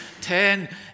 ten